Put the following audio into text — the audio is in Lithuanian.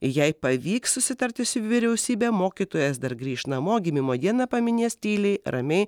jei pavyks susitarti su vyriausybe mokytojas dar grįš namo gimimo dieną paminės tyliai ramiai